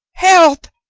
help!